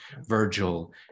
Virgil